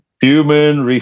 Human